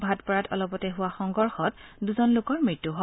ভাটপাৰাত অলপতে হোৱা সংঘৰ্ষত দুজন লোকৰ মৃত্যু হয়